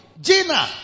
Gina